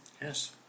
Yes